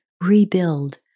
Rebuild